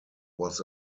was